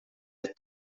qed